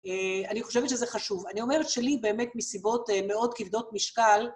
אני חושבת שזה חשוב. אני אומרת שלי באמת מסיבות מאוד כבדות משקל.